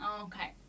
Okay